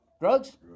Drugs